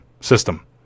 system